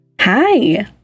Hi